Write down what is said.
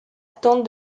tente